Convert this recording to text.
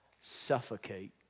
suffocate